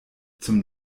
zum